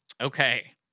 Okay